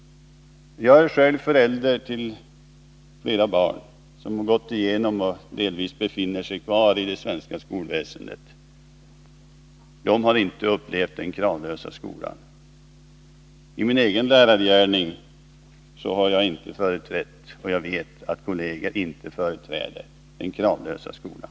Jag är själv förälder till flera barn, som har gått igenom och delvis befinner sig kvar i det svenska skolväsendet. De har inte upplevt ”den kravlösa skolan”. I min egen lärargärning har jag inte företrätt — och jag vet att inte heller mina kolleger har gjort det — ”den kravlösa skolan”.